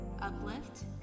Uplift